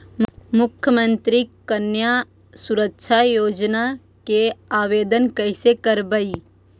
मुख्यमंत्री कन्या सुरक्षा योजना के आवेदन कैसे करबइ?